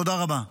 תודה רבה.